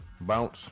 bounce